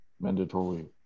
mandatory